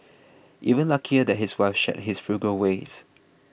even luckier that his wife shared his frugal ways